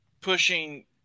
pushing